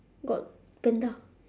got panda